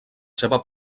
seva